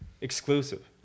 exclusive